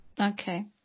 Okay